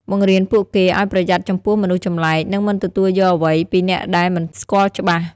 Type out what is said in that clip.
បង្រៀនពួកគេឲ្យប្រយ័ត្នចំពោះមនុស្សចម្លែក និងមិនទទួលយកអ្វីពីអ្នកដែលមិនស្គាល់ច្បាស់។